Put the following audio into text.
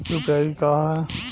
UPI का ह?